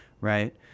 right